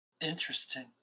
Interesting